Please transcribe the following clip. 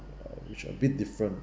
uh which a bit different